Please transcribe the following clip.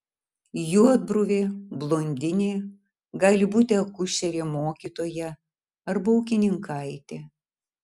juodbruvė blondinė gali būti akušerė mokytoja arba ūkininkaitė